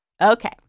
Okay